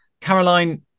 Caroline